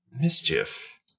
Mischief